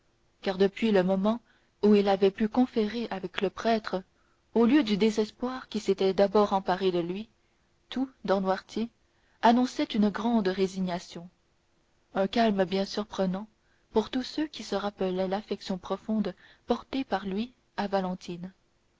car depuis le moment où il avait pu conférer avec le prêtre au lieu du désespoir qui s'était d'abord emparé de lui tout dans noirtier annonçait une grande résignation un calme bien surprenant pour tous ceux qui se rappelaient l'affection profonde portée par lui à valentine